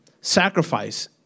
sacrifice